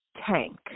tank